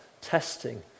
testing